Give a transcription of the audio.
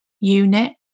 unit